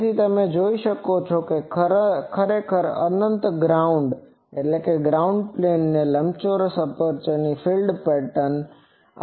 તેથી તમે જોઈ શકો છો કે આ ખરેખર અનંત ગ્રાઉન્ડ પ્લેન પર લગાવેલા લંબચોરસ એપ્રેચર ની ફીલ્ડ પેટર્ન છે